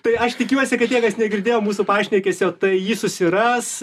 tai aš tikiuosi kad tie kas negirdėjo mūsų pašnekesio tai jį susiras